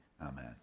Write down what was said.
amen